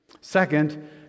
Second